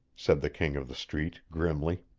said the king of the street grimly.